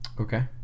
Okay